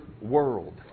world